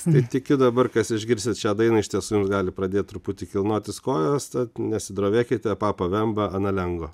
tai tikiu dabar kas išgirsit šią dainą iš tiesų gali pradėt truputį kilnotis kojos tad nesidrovėkit papa vemba analengo